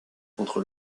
contre